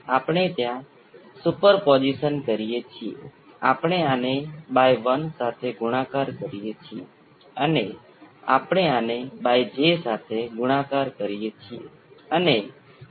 મુદ્દો એ છે કે ત્યાં કોઈ નુકસા નથી અને આપણી પાસે ઇન્ડક્ટર પર થોડી પ્રારંભિક ઊર્જા હતી ચાલો કહીએ કે તે ક્યારેય ગુમાશે નહીં જે ઇન્ડક્ટર અને કેપેસિટર વચ્ચે ઉછાળ ચાલુ રાખશે